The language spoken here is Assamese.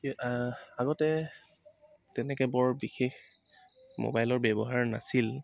আগতে তেনেকৈ বৰ বিশেষ মোবাইলৰ ব্যৱহাৰ নাছিল